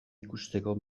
ikusteko